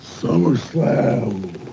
Summerslam